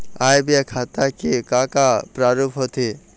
आय व्यय खाता के का का प्रारूप होथे?